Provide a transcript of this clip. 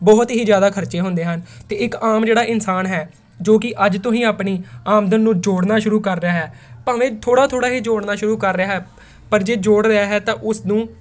ਬਹੁਤ ਹੀ ਜ਼ਿਆਦਾ ਖਰਚੇ ਹੁੰਦੇ ਹਨ ਅਤੇ ਇੱਕ ਆਮ ਜਿਹੜਾ ਇਨਸਾਨ ਹੈ ਜੋ ਕਿ ਅੱਜ ਤੋਂ ਹੀ ਆਪਣੀ ਆਮਦਨ ਨੂੰ ਜੋੜਨਾ ਸ਼ੁਰੂ ਕਰ ਰਿਹਾ ਹੈ ਭਾਵੇਂ ਥੋੜ੍ਹਾ ਥੋੜ੍ਹਾ ਹੀ ਜੋੜਨਾ ਸ਼ੁਰੂ ਕਰ ਰਿਹਾ ਹੈ ਪਰ ਜੇ ਜੋੜ ਰਿਹਾ ਹੈ ਤਾਂ ਉਸ ਨੂੰ